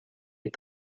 les